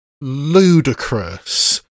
ludicrous